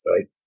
Right